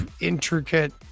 Intricate